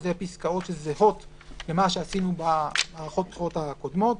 שזה פסקאות שזהות למה שעשינו במערכות הבחירות הקודמות,